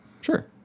Sure